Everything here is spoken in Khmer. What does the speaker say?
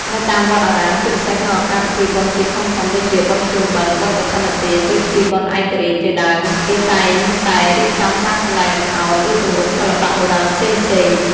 នៅតាមវត្តអារាម ជាពិសេសក្នុងឱកាសពិធីបុណ្យជាតិធំៗ ដូចជា បុណ្យភ្ជុំបិណ្ឌ បុណ្យកឋិនទាន ឬពិធីបុណ្យឯករាជ្យជាដើម គេតែងតែរៀបចំការសម្ដែងល្ខោន ឬទម្រង់សិល្បៈបុរាណផ្សេងៗ។